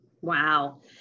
Wow